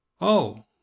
Oh